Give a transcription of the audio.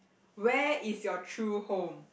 where is your true home